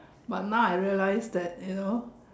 but now I realise that you know